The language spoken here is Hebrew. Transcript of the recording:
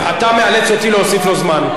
אתה מאלץ אותי להוסיף לו זמן.